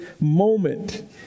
moment